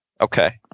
Okay